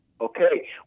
Okay